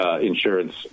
insurance